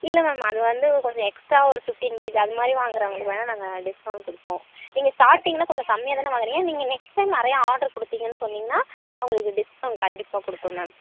இல்லை மேம் அது வந்து கொஞ்சம் எக்ஸ்ட்ரா ஒரு ஃபிஃப்ட்டின் கேஜி அது மாதிரி வாங்குகிறவங்களுக்கு வேணுணா நாங்கள் டிஸ்கவுண்ட் கொடுப்போம் நீங்கள் ஸ்டார்டிங்கில் கொஞ்சம் கம்மியாக தானே வாங்கிறீங்க நீங்கள் நெக்ஸ்ட் டைம் நிறையா ஆடர் கொடுத்தீங்கன்னு சொன்னீங்கன்னால் உங்களுக்கு டிஸ்கவுண்ட் கண்டிப்பாக கொடுப்போம் மேம்